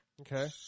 okay